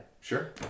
sure